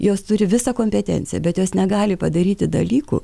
jos turi visą kompetenciją bet jos negali padaryti dalykų